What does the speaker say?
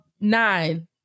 nine